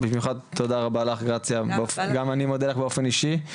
תודה רבה לך גרציה, גם אני מודה לך באופן אישי.